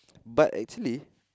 but actually